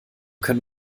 können